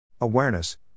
Awareness